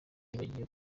yagiye